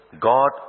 God